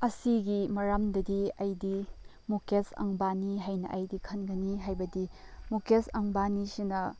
ꯑꯁꯤꯒꯤ ꯃꯔꯝꯗꯗꯤ ꯑꯩꯗꯤ ꯃꯨꯀꯦꯁ ꯑꯝꯕꯥꯅꯤ ꯍꯥꯏꯅ ꯑꯩꯗꯤ ꯈꯟꯒꯅꯤ ꯍꯥꯏꯕꯗꯤ ꯃꯨꯀꯦꯁ ꯑꯝꯕꯥꯅꯤꯁꯤꯅ